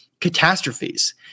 catastrophes